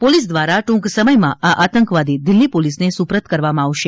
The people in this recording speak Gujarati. પોલીસ દ્વારા ટ્રંક સમયમાં આ આતંકવાદી દિલ્હી પોલીસને સુપ્રત કરવામાં આવશે